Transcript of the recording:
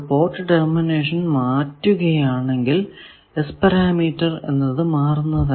port termination മാറ്റുകയാണെങ്കിൽ S parameter എന്നത് മാറുന്നതല്ല